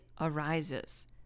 arises